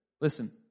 listen